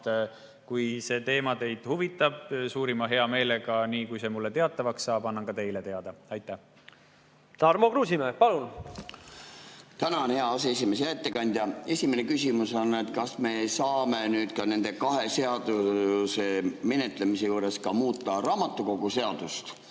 Kui see teema teid huvitab, siis suurima heameelega, niipea kui see mulle teatavaks saab, annan ka teile teada. Tarmo Kruusimäe, palun! Tänan, hea aseesimees! Hea ettekandja! Esimene küsimus on, kas me saame nende kahe seaduse menetlemise juures muuta raamatukoguseadust